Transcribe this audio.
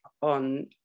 on